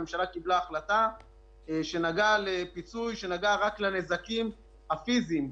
הממשלה קיבלה החלטה שנגעה לפיצוי רק לנזקים הפיזיים.